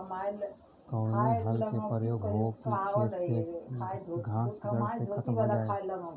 कवने हल क प्रयोग हो कि खेत से घास जड़ से खतम हो जाए?